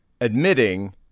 admitting